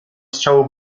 strzału